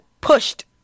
pushed